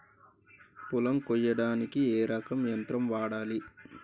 పొలం కొయ్యడానికి ఏ రకం యంత్రం వాడాలి?